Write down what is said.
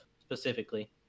specifically